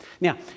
Now